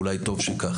ואולי טוב שכך,